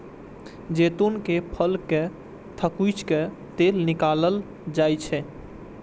जैतूनक फल कें थकुचि कें तेल निकालल जाइ छै